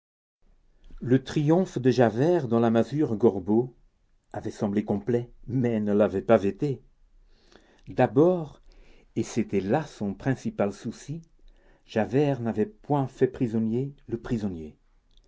le triomphe de javert dans la masure gorbeau avait semblé complet mais ne l'avait pas été d'abord et c'était là son principal souci javert n'avait point fait prisonnier le prisonnier